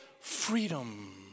freedom